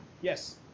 Yes